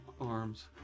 arms